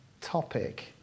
topic